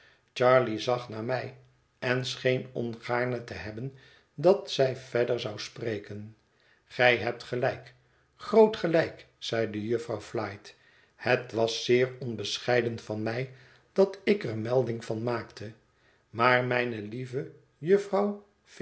charley zag naar mij en scheen ongaarne te hebben dat zij verder zou spreken gij hebt gelijk groot gelijk zeide jufvrouw flite het was zeer onbescheiden van mij dat ik er melding van maakte maar mijne lieve jufvrouw